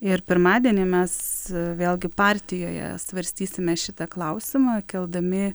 ir pirmadienį mes vėlgi partijoje svarstysime šitą klausimą keldami